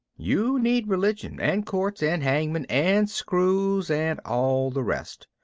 you need religion and courts and hangmen and screws and all the rest